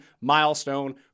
milestone